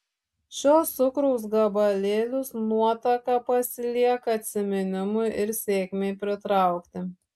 šiuos cukraus gabalėlius nuotaka pasilieka atsiminimui ir sėkmei pritraukti